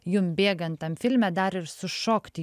jum bėgant tam filme dar ir sušokti